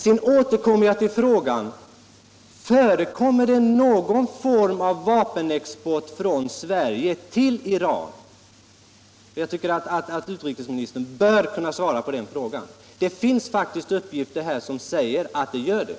Sedan återkommer jag till frågan: Förekommer det någon form av vapenexport från Sverige till Iran? Jag tycker att utrikesministern bör kunna svara på den frågan. Det finns faktiskt uppgifter som säger att det gör det.